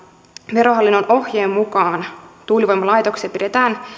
verohallinnon ohjeen mukaan tuulivoimalaitoksia pidetään